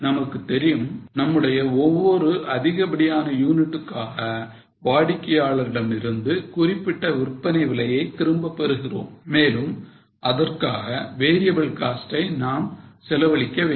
நமக்கு தெரியும் நம்முடைய ஒவ்வொரு அதிகப்படியான யூனிட்டுக்காக வாடிக்கையாளரிடமிருந்து குறிப்பிட்ட விற்பனை விலையை திரும்பப் பெறுகிறோம் மேலும் அதற்கான variable cost ஐ நாம் செலவழிக்க வேண்டும்